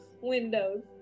windows